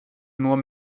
nur